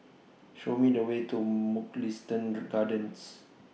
Show Me The Way to Mugliston Gardens